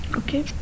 okay